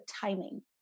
timing